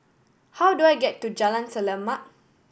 how do I get to Jalan Selamat